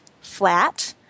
flat